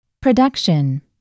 Production